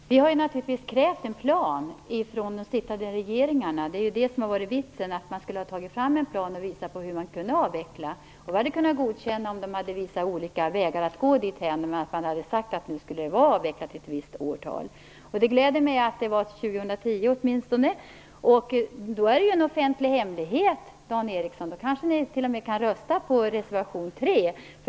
Herr talman! Vi har naturligtvis krävt en plan från de sittande regeringarna. Det är ju det som har varit vitsen. Man skall ta fram en plan och visa hur man skulle kunna avveckla. Vi hade kunnat godkänna om de hade visat olika vägar att komma dithän, om de i alla fall hade sagt att kärnkraften skall vara avvecklad till ett visst årtal. Det gläder mig att man åtminstone avser år 2010. Det är då en offentlig hemlighet, Dan Ericsson. Då kanske ni t.o.m. kan rösta för reservation 3.